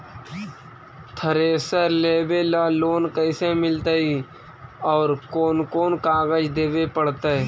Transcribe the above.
Thresher लेबे ल loan कैसे मिलतइ और कोन कोन कागज देबे पड़तै?